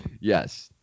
yes